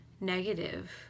negative